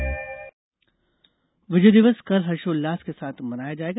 विजय दिवस विजय दिवस कल हर्षोउल्लास के साथ मनाया जाएगा